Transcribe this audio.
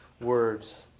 words